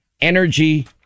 energy